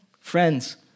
Friends